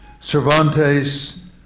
Cervantes